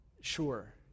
sure